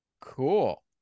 cool